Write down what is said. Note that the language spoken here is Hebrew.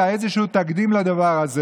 תודה רבה.